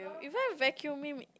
if I have vacuum me me